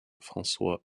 françois